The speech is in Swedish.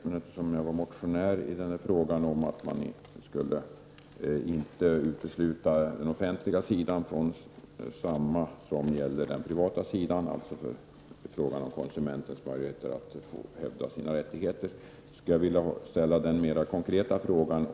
Men eftersom jag har motionerat om att man inte skall undanta det offentliga utan ha samma regler som gäller för det privata näringslivet i fråga om konsumentens möjligheter att hävda sina rättigheter, vill jag ställa en konkret fråga.